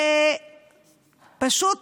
ופשוט